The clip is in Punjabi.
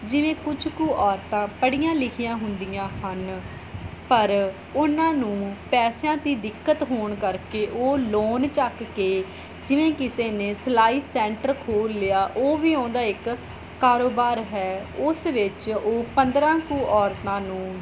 ਜਿਵੇਂ ਕੁਝ ਕੁ ਔਰਤਾਂ ਪੜ੍ਹੀਆਂ ਲਿਖੀਆਂ ਹੁੰਦੀਆਂ ਹਨ ਪਰ ਉਹਨਾਂ ਨੂੰ ਪੈਸਿਆਂ ਦੀ ਦਿੱਕਤ ਹੋਣ ਕਰਕੇ ਉਹ ਲੋਨ ਚੁੱਕ ਕੇ ਜਿਵੇਂ ਕਿਸੇ ਨੇ ਸਿਲਾਈ ਸੈਂਟਰ ਖੋਲ੍ਹ ਲਿਆ ਉਹ ਵੀ ਉਹਦਾ ਇੱਕ ਕਾਰੋਬਾਰ ਹੈ ਉਸ ਵਿੱਚ ਉਹ ਪੰਦਰ੍ਹਾਂ ਕੁ ਔਰਤਾਂ ਨੂੰ